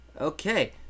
okay